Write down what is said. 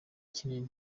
kinini